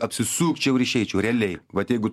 apsisukčiau ir išeičiau realiai vat jeigu